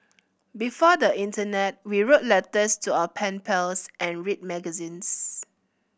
before the internet we wrote letters to our pen pals and read magazines